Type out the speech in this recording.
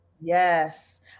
yes